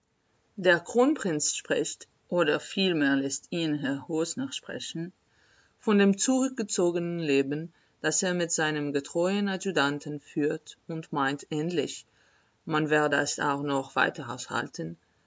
der kronprinz spricht oder vielmehr läßt ihn herr rosner sprechen von dem zurückgezogenen leben das er mit seinem getreuen adjutanten führt und meint endlich man werde es auch noch weiter aushalten